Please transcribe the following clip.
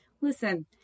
listen